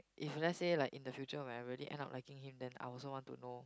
if let's say like in the future when I really end up liking him then I also want to know